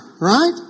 right